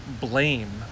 blame